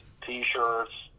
T-shirts